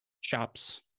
shops